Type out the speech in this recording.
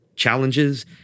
challenges